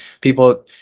people